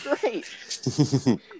great